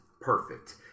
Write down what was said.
perfect